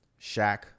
Shaq